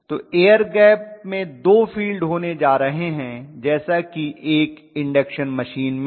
तो air gap में दो फील्ड् होने जा रहे हैं जैसा कि एक इंडक्शन मशीन में था